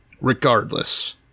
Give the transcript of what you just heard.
regardless